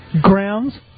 grounds